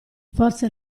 forse